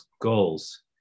goals